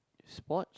sport